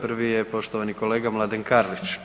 Prvi je poštovani kolega Mladen Karlić.